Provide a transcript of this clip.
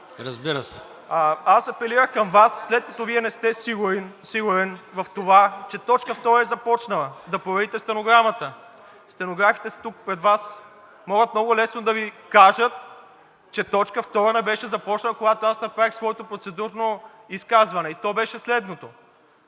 ИВАНОВ: Аз апелирах към Вас, след като Вие не сте сигурен в това, че точка втора е започнала – да проверите стенограмата, стенографите са тук, пред Вас и могат много лесно да Ви кажат, че точка втора не беше започнала, когато аз направих своето процедурно изказване. То беше следното: